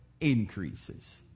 increases